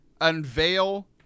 unveil